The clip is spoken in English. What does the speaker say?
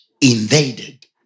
invaded